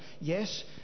Yes